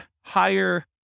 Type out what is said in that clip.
higher